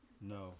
no